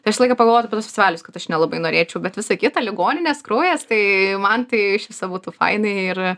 aš visą laiką pagalvoju apie tuos festivalius kad aš nelabai norėčiau bet visa kita ligoninės kraujas tai man tai iš viso būtų faina ir